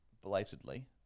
Blatantly